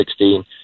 2016